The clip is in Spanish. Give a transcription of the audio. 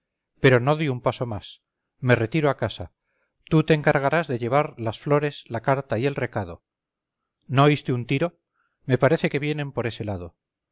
pero no doy un paso más me retiro a casa tú te encargarás de llevar las flores la carta y el recado no oíste un tiro me parece que vienen por ese lado